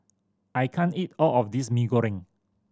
I can't eat all of this Mee Goreng